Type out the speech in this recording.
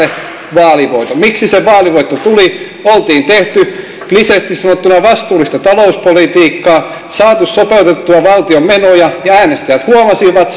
rökälevaalivoiton miksi se vaalivoitto tuli oltiin tehty kliseisesti sanottuna vastuullista talouspolitiikkaa saatu sopeutettua valtion menoja ja äänestäjät huomasivat